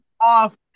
off